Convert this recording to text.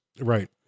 right